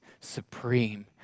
supreme